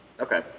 Okay